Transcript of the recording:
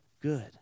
good